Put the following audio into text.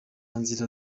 nzira